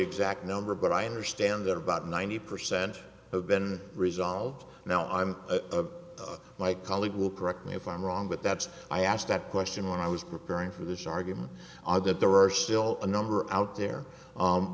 exact number but i understand that about ninety percent have been resolved now i'm a my colleague will correct me if i'm wrong but that's i asked that question when i was preparing for this argument that there are still a number out there